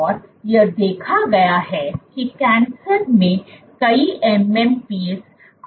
और यह देखा गया है कि कैंसर में कई MMPs अधिक व्यक्त होते हैं